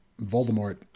Voldemort